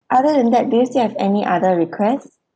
other than that do you still have any other request